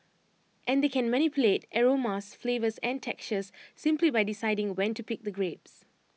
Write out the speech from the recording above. and they can manipulate aromas flavours and textures simply by deciding when to pick the grapes